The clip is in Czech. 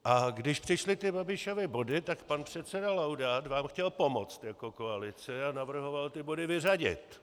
A když přišly Babišovy body, tak pan předseda Laudát vám chtěl pomoci jako koalici a navrhoval ty body vyřadit.